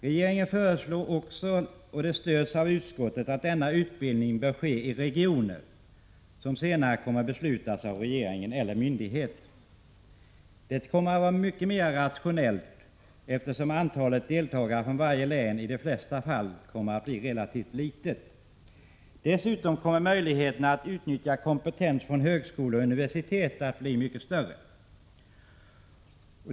Regeringen föreslår också, vilket stöds av utskottet, att denna utbildning bör ske i regioner, som senare kommer att beslutas av regeringen eller myndighet. Detta kommer att vara mycket mera rationellt, eftersom antalet deltagare från varje län i de flesta fall kommer att bli relativt litet. Dessutom kommer möjligheten att utnyttja kompetens från högskolor och universitet att bli mycket större.